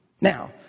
Now